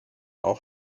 auch